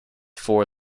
for